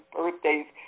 birthdays